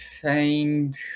find